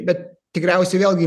bet tikriausiai vėlgi